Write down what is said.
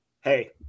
Hey